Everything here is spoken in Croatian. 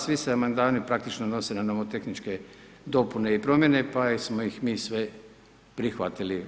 Svi se amandmani praktično odnose na nomotehničke dopune i promjene pa smo ih sve prihvatili.